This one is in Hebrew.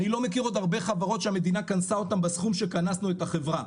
אני לא מכיר עוד הרבה חברות שהמדינה קנסה אותן בסכום שקנסנו את החברה,